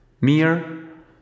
mere